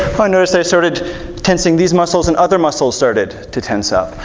ah i noticed i started tensing these muscles and other muscles started to tense up.